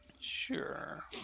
Sure